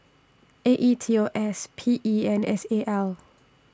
A E T O S P E and S A L